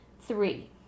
Three